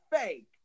fake